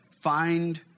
Find